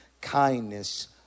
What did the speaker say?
kindness